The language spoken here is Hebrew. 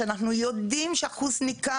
שאנחנו יודעים שאחוז ניכר,